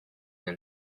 and